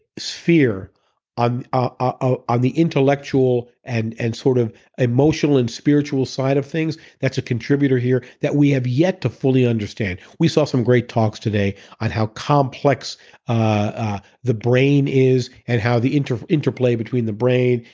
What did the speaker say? sphere on ah on the intellectual and and sort of emotional and spiritual side of things that's a contributor here that we have yet to fully understand. we saw some great talks today on how complex ah the brain is and how the interplay interplay between the brain,